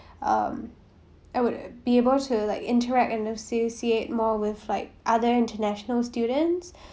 um I would be able to like interact and associate more with like other international students